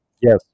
Yes